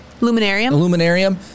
Luminarium